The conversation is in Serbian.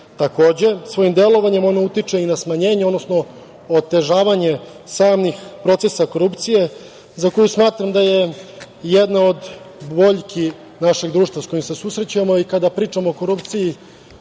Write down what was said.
novca. Takođe, svojim delovanjem ona utiče i na smanjenje odnosno otežavanje samih procesa korupcije, za koju smatram da je jedna od boljki našeg društva s kojom se susrećemo. Kada pričamo o korupciji,